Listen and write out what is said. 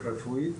רפואית,